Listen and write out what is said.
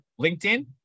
LinkedIn